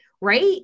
right